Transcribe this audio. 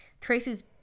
Tracy's